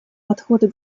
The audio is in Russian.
подходы